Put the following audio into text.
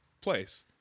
place